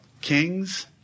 Kings